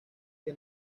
que